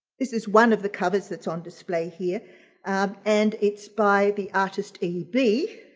this is one of the covers that's on display here um and it's by the artist e b